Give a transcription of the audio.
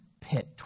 pit